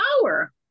power